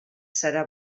serà